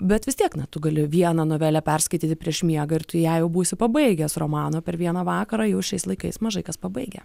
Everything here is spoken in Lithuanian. bet vis tiek na tu gali vieną novelę perskaityti prieš miegą ir tu ją jau būsi pabaigęs romaną per vieną vakarą jau šiais laikais mažai kas pabaigia